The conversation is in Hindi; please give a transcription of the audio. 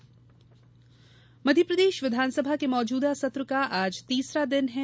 विधानसभा मध्यप्रदेश विधानसभा के मौजूदा सत्र का आज तीसरा दिन है